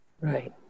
Right